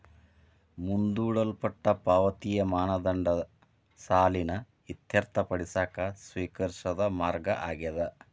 ಮುಂದೂಡಲ್ಪಟ್ಟ ಪಾವತಿಯ ಮಾನದಂಡ ಸಾಲನ ಇತ್ಯರ್ಥಪಡಿಸಕ ಸ್ವೇಕರಿಸಿದ ಮಾರ್ಗ ಆಗ್ಯಾದ